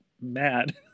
mad